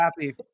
happy